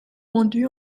vendues